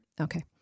Okay